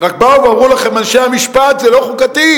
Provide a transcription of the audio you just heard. רק באו ואמרו לכם אנשי המשפט: זה לא חוקתי.